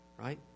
right